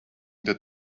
that